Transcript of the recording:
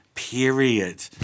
Period